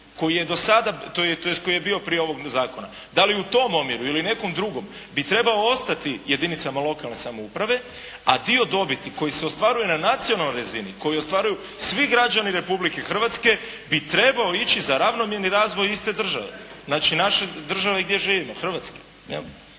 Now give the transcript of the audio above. koji je bio prije ovog zakona da li u tom omjeru ili nekom drugom bi trebao ostati jedinicama lokalne samouprave a dio dobiti koji se ostvaruje na nacionalnoj razini koji ostvaruju svi građani Republike Hrvatske bi trebao ići za ravnomjerni razvoj iste države, znači države gdje živimo Hrvatske.